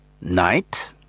Night